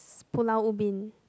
Pulau Ubin